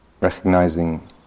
recognizing